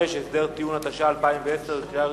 65) (הסדר טיעון), התש"ע 2010, קריאה ראשונה.